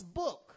book